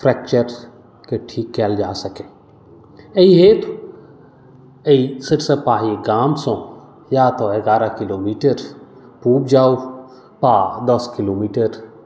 फ्रैक्चर्सके ठीक कयल जा सकै एहि हेतु एहि सरिसव पाही गामसँ या तऽ एगारह किलोमीटर पूर्व जाउ वा दस किलोमीटर